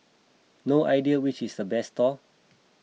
no idea which is the best stall